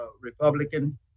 Republican